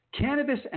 Cannabis